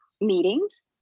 meetings